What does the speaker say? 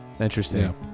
Interesting